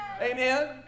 Amen